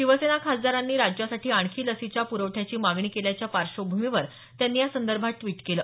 शिवसेना खासदारांनी राज्यासाठी आणखी लसीच्या प्रवठ्याची मागणी केल्याच्या पार्श्वभूमीवर त्यांनी यासंदर्भात द्विट केलं